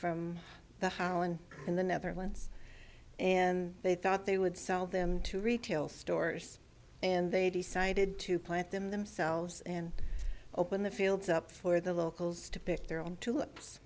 from the hauen in the netherlands and they thought they would sell them to retail stores and they decided to plant them themselves and open the fields up for the locals to pick their own tulips